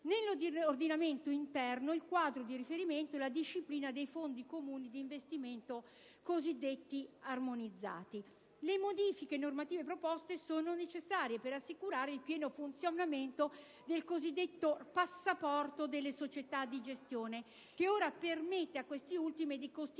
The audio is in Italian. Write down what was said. Nell'ordinamento interno il quadro di riferimento è la disciplina dei fondi comuni di investimento, cosiddetti armonizzati. Le modifiche normative proposte sono necessarie per assicurare il pieno funzionamento del cosiddetto passaporto delle società di gestione, che ora permette a queste ultime di costituire